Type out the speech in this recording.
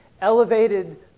elevated